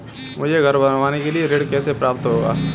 मुझे घर बनवाने के लिए ऋण कैसे प्राप्त होगा?